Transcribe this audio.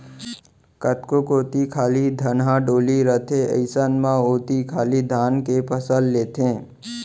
कतको कोती खाली धनहा डोली रथे अइसन म ओती खाली धाने के फसल लेथें